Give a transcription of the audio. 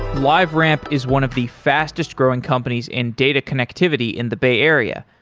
liveramp is one of the fastest-growing companies in data connectivity in the bay area.